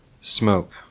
smoke